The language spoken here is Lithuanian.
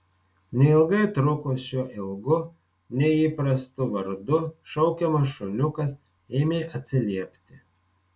neilgai trukus šiuo ilgu neįprastu vardu šaukiamas šuniukas ėmė atsiliepti